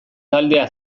taldea